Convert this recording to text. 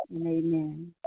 amen